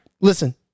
listen